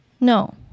No